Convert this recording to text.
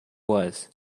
was